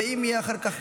ואם יהיה אחר כך,